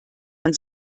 man